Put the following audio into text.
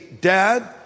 dad